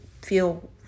feel